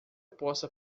possa